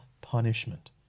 punishment